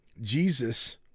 Jesus